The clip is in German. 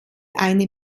eine